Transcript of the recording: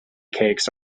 cakes